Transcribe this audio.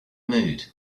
mood